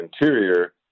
Interior